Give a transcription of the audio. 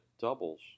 doubles